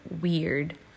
weird